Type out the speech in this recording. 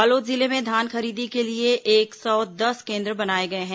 बालोद जिले में धान खरीदी के लिए एक सौ दस केन्द्र बनाए गए हैं